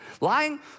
Lying